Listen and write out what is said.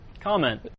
comment